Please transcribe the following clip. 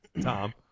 Tom